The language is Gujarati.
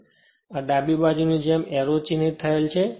તેથી જ આની ડાબી બાજુની જેમ એરો ચિહ્નિત થયેલ છે